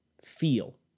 feel